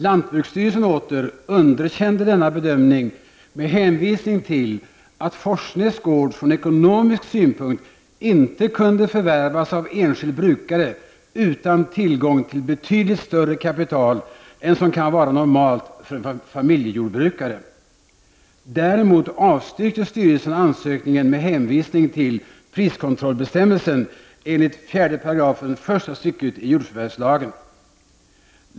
Lantbruksstyrelsen åter underkände denna bedömning med hänvisning till att Forsnäs gård från ekonomisk synpunkt inte kunde förvärvas av enskild brukare utan tillgång till betydligt större kapital än som kan vara normalt för en familjejordbrukare. Däremot avstyrkte styrelsen ansökningen med hänvisning till priskontrollbestämmelsen enligt 4 § första stycket i jordförvärvslagen.